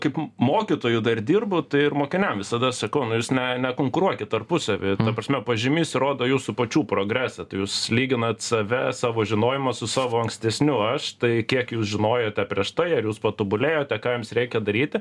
kaip mokytoju dar dirbau tai ir mokiniam visada sakau na jūs ne nekonkuruokit tarpusavy ta prasme pažymys įrodo jūsų pačių progresą tai jūs lyginat save savo žinojimą su savo ankstesniu aš tai kiek jūs žinojote prieš tai ar jūs patobulėjote ką jums reikia daryti